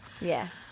Yes